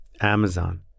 Amazon